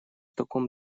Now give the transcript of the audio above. таком